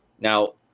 Now